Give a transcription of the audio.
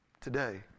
Today